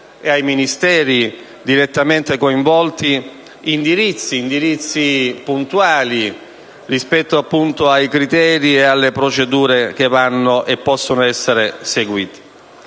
e ai Ministeri direttamente coinvolti degli indirizzi puntuali, rispetto ai criteri e alle procedure che vanno e che possono essere seguiti.